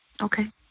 Okay